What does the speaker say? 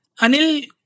Anil